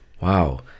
Wow